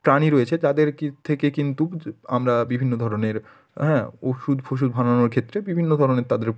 প্রাণী রয়েছে তাদেরকে থেকে কিন্তু আমরা বিভিন্ন ধরনের হ্যাঁ ওষুধ ফষুধ বানানোর ক্ষেত্রে বিভিন্ন ধরনের তাদের